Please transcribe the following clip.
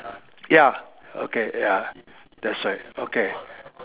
ya okay ya that's right okay